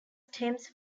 stems